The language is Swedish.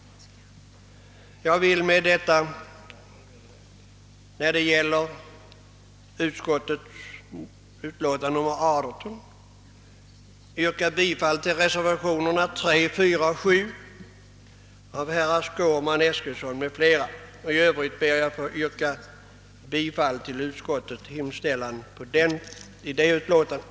Jag vill med detta yrka bifall till reservationen 3 av herr Skårman m.fl. och till reservationerna 4 och 7 av herr Carl Eskilsson m.fl. i jordbruksutskottets utlåtande nr 18. I övrigt ber jag att få yrka bifall till utskottets hemställan i detta utlåtande.